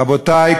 רבותי,